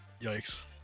Yikes